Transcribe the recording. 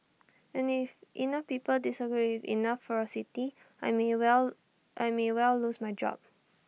and if enough people disagree with enough ferocity I may well I may well lose my job